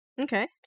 Okay